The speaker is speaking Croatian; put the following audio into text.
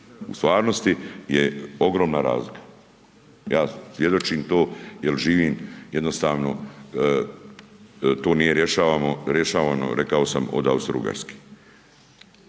u stvarnosti je ogromna razlika. Ja svjedočim to jer živim jednostavno, to nije rješavano rekao sam od Austro-Ugarske.